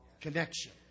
Connection